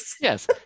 Yes